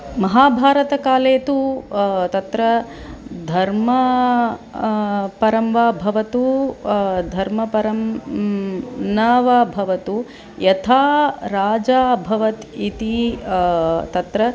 महाभारतकाले तु तत्र धर्मः परं वा भवतु धर्मपरं न वा भवतु यथा राजा अभवत् इति तत्र